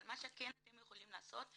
אבל מה שכן אתם יכולים לעשות,